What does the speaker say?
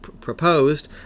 proposed